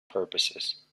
purposes